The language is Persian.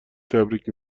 تبریک